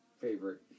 favorite